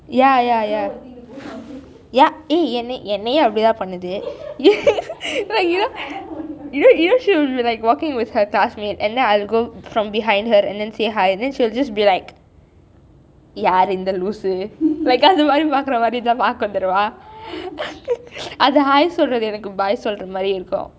ya ya ya என்னை என்னையே அப்படி தான் பன்னச்சு:ennai ennaiyei appadi thaan pannachu do you know do you know she will be walking with her classmate and then I will go from behind her and say hi then she will just be like யார் இந்த லூசு:yaar intha loosu like அந்த மாதிரி பார்க்கிற மாதிரி பார்க்கும் தெரியுமா அது:antha mathiri parkira mathiri paarkum theriyuma athu hi சொல்றது எனக்கு:solrathu enakku bye சொல்ற மாதிரி இருக்கும்:solkira mathiri irukkum